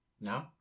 No